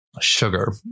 sugar